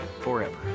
forever